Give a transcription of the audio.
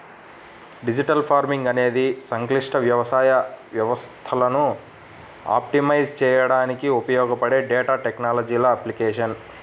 digital farming అనేది సంక్లిష్ట వ్యవసాయ వ్యవస్థలను ఆప్టిమైజ్ చేయడానికి ఉపయోగపడే డేటా టెక్నాలజీల అప్లికేషన్